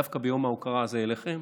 דווקא ביום ההוקרה הזה לכם,